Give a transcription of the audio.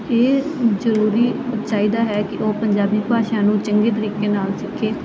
ਇਹ ਜ਼ਰੂਰ ਚਾਹੀਦਾ ਹੈ ਕਿ ਉਹ ਪੰਜਾਬੀ ਭਾਸ਼ਾ ਨੂੰ ਚੰਗੇ ਤਰੀਕੇ ਨਾਲ ਸਿੱਖੇ